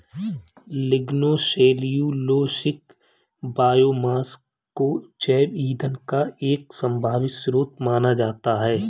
lignocellulosic biomass को जैव ईंधन का एक संभावित स्रोत माना जाता है